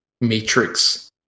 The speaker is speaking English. matrix